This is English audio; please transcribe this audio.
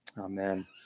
Amen